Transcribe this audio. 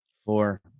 Four